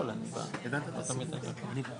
לכן מה שאמר תום לפני כן,